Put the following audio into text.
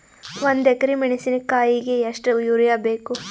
ಒಂದ್ ಎಕರಿ ಮೆಣಸಿಕಾಯಿಗಿ ಎಷ್ಟ ಯೂರಿಯಬೇಕು?